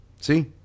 See